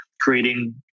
creating